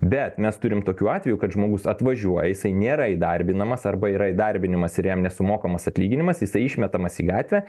bet mes turim tokių atvejų kad žmogus atvažiuoja jisai nėra įdarbinamas arba yra įdarbinimas ir jam nesumokamas atlyginimas jisai išmetamas į gatvę